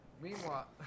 Meanwhile